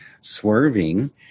swerving